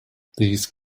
these